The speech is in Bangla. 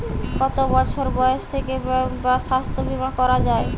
কত বছর বয়স থেকে স্বাস্থ্যবীমা করা য়ায়?